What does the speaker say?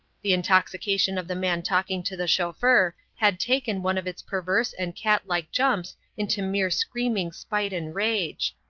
the intoxication of the man talking to the chauffeur had taken one of its perverse and catlike jumps into mere screaming spite and rage.